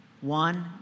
one